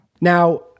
Now